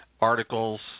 articles